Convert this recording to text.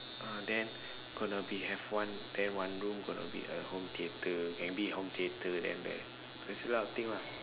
ah then gonna be have one then one room going to be a home theater can be home theater then like there there's a lot of thing lah